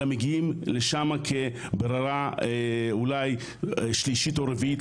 אלא מגיעים לשם כברירה אולי שלישית או רביעית,